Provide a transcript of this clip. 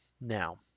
now